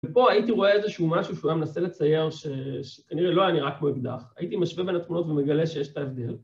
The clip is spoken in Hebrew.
ופה הייתי רואה איזשהו משהו שהוא היה מנסה לצייר שכנראה לא היה נראה כמו אקדח, הייתי משווה בין התמונות ומגלה שיש את ההבדל.